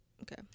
okay